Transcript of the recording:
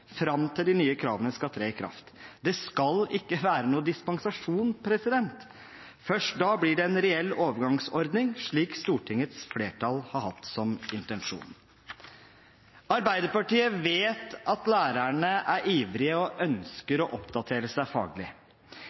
fram til de nye kravene skal tre i kraft. Det skal ikke være noen dispensasjon. Først da blir det en reell overgangsordning, slik Stortingets flertall har hatt som intensjon. Arbeiderpartiet vet at lærerne er ivrige og ønsker å oppdatere seg faglig.